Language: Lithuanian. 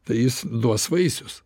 tai jis duos vaisius